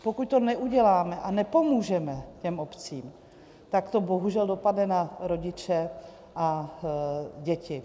Pokud to neuděláme a nepomůžeme těm obcím, tak to bohužel dopadne na rodiče a děti.